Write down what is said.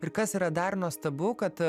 ir kas yra dar nuostabu kad